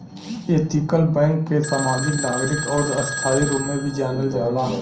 ethical bank के समाजिक, नागरिक आउर स्थायी रूप में भी जानल जाला